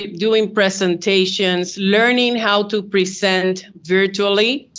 doing presentations, learning how to present virtually.